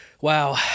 Wow